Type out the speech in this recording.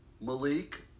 Malik